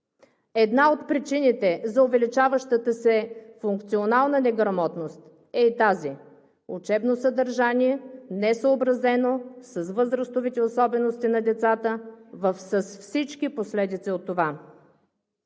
Една от причините за увеличаващата се функционална неграмотност е тази – учебно съдържание, несъобразено с възрастовите особености на децата с всички последици от това.